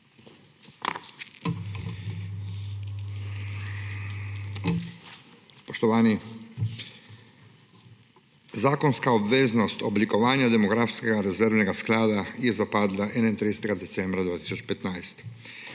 Spoštovani! Zakonska obveznost oblikovanja demografskega rezervnega sklada je zapadla 31. decembra 2015.